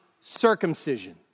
circumcision